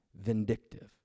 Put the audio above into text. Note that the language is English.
vindictive